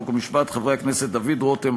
חוק ומשפט חברי הכנסת דוד רותם,